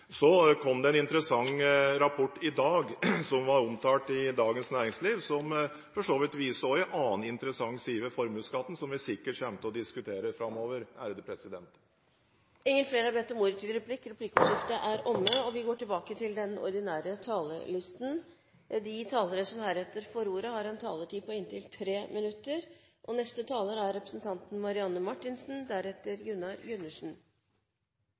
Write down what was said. Så kom det en interessant rapport i dag, som ble omtalt i Dagens Næringsliv, som for så vidt også viser en annen interessant side ved formuesskatten, som vi sikkert kommer til å diskutere framover. Replikkordskiftet er dermed omme. De talere som heretter får ordet, har en taletid på inntil 3 minutter. Presidenten vil minne om at vi